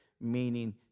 meaning